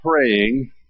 praying